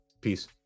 Peace